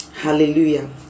hallelujah